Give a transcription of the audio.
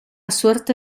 suerte